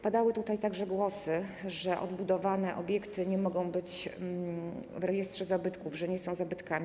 Padały tutaj także głosy, że odbudowane obiekty nie mogą być w rejestrze zabytków, że nie są zabytkami.